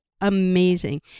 Amazing